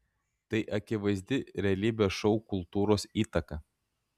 tai akivaizdi realybės šou kultūros įtaka